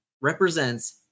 represents